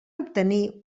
obtenir